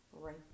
right